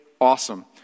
Awesome